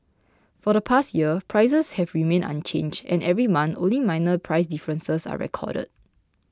for the past year prices have remained unchanged and every month only minor price differences are recorded